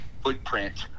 footprint